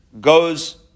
goes